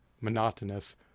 monotonous